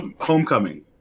homecoming